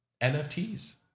NFTs